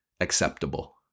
acceptable